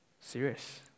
serious